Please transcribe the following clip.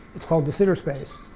it's called de sitter space.